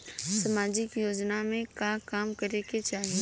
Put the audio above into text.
सामाजिक योजना में का काम करे के चाही?